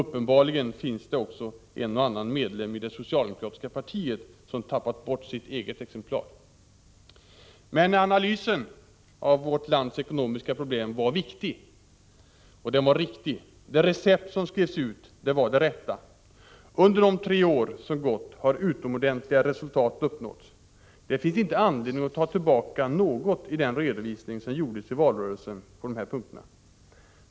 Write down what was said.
Uppenbarligen finns det också en och annan medlem av det socialdemokratiska partiet som har tappat bort sitt exemplar. Analysen av vårt lands ekonomiska problem var viktig och även riktig. Det recept som skrevs ut var det rätta. Under de tre år som gått har utomordentligt goda resultat uppnåtts. Det finns ingen anledning att på någon punkt ta tillbaka vad som redovisades i valrörelsen.